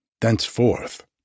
thenceforth